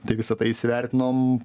tai visa tai įsivertinom